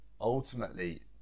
ultimately